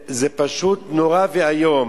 זה פשוט נורא ואיום.